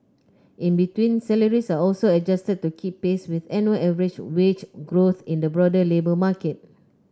in between salaries are also adjusted to keep pace with annual average wage growth in the broader labour market